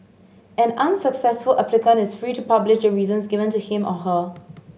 an unsuccessful applicant is free to publish the reasons given to him or her